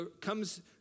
comes